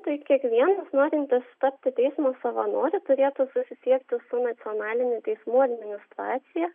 tai kiekvienas norintis tapti teismo savanoriu turėtų susisiekti su nacionalinę teismų administracija